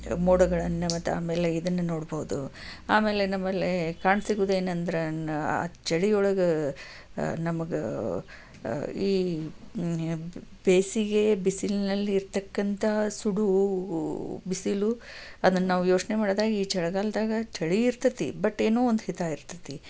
ಮೋಡಗಳನ್ನು ಮತ್ತು ಆಮೇಲೆ ಇದನ್ನು ನೋಡಬಹುದು ಆಮೇಲೆ ನಮ್ಮಲ್ಲಿ ಕಾಣಸಿಗುವುದೇನಂದ್ರ ಆ ಚಳಿ ಒಳಗೆ ನಮಗೆ ಈ ಬೇಸಿಗೆ ಬಿಸಿಲಿನಲ್ಲಿ ಇರತಕ್ಕಂತಹ ಸುಡು ಬಿಸಿಲು ಅದನ್ನು ನಾವು ಯೋಚನೆ ಮಾಡಿದಾಗ ಈ ಚಳಿಗಾಲದಾಗ ಚಳಿ ಇರತೈತಿ ಬಟ್ ಏನೋ ಒಂದು ಹಿತ ಇರತೈತಿ